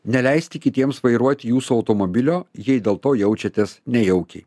neleisti kitiems vairuoti jūsų automobilio jei dėl to jaučiatės nejaukiai